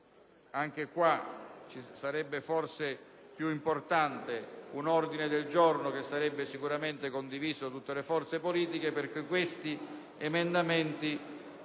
3.717 sarebbe forse più opportuno un ordine del giorno, che sarebbe sicuramente condiviso da tutte le forze politiche: infatti, questi emendamenti,